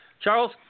Charles